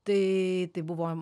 tai tai buvo